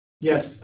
Yes